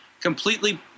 completely